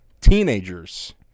teenagers